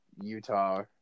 Utah